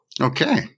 Okay